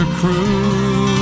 cruise